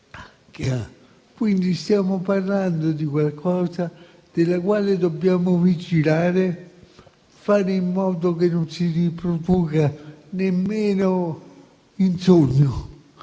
ha. Stiamo parlando di un qualcosa sul quale dobbiamo vigilare e fare in modo che non si riproduca nemmeno in sogno,